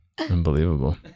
Unbelievable